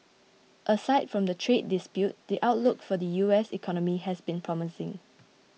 aside from the trade dispute the outlook for the U S economy has been promising